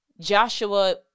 Joshua